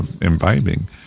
imbibing